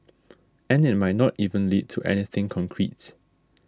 and it might not even lead to anything concrete